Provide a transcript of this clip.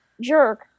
jerk